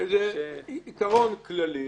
זה עיקרון כללי